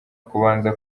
kubanza